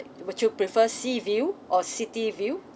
would you prefer sea view or city view